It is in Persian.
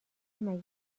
مگر